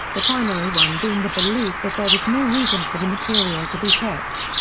the primary one being the belief that there was no reason for the material to be kept.